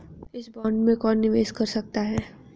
इस बॉन्ड में कौन निवेश कर सकता है?